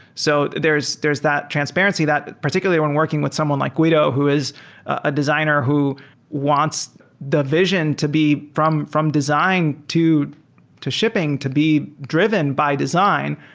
so there's there's that transparency that particularly when working with someone like guido who is a designer who wants the vision to be from from design to to shipping to be driven by design,